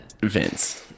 vince